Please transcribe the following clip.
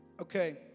Okay